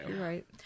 right